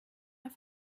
auf